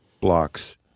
blocks